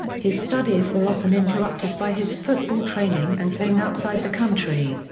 his studies were often interrupted by his football training and playing outside the country.